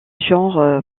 genre